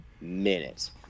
minutes